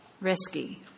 risky